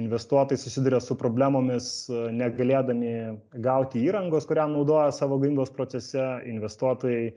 investuotojai susiduria su problemomis negalėdami gauti įrangos kurią naudoja savo gamybos procese investuotojai